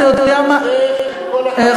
איך,